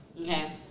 okay